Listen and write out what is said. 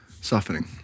Softening